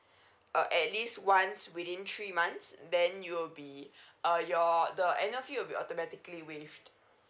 uh at least once within three months then you'll be uh your the annual fee will be automatically waived